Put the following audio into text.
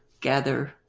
gather